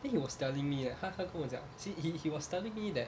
then he was telling me like 他他跟我讲 see he he was telling me that